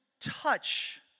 touch